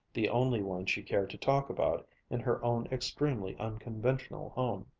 the only one she cared to talk about in her own extremely unconventional home.